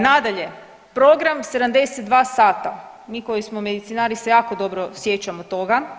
Nadalje Program 72 sata, mi koji smo medicinari se jako dobro sjećamo toga.